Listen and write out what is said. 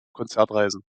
konzertreisen